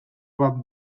bat